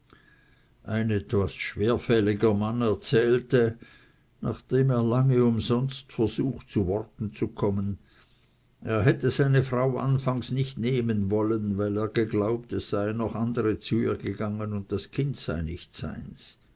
ein etwas schwerfälliger mann erzählte nachdem er lange umsonst versucht zu worten zu kommen er hätte seine frau anfangs nicht nehmen wollen weil er geglaubt es seien noch andere zu ihr gegangen und das kind sei nicht seins